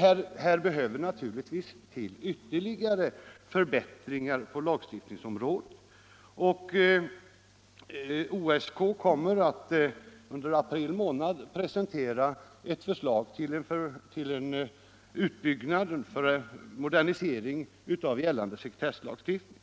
Men det behövs naturligtvis ytterligare förbättringar på lagstiftningsområdet, och offentlighetsoch sekretesslagstiftningskommittén, OSK, kommer under april månad att presentera ett förslag till utbyggnad och modernisering av gällande sekretesslagstiftning.